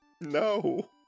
No